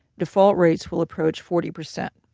default rates will approach forty percent.